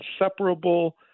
inseparable